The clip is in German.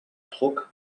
druck